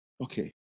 Okay